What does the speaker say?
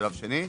בשלב השני.